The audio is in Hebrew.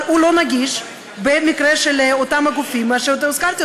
אבל הוא לא נגיש במקרה של אותם הגופים שהזכרתי,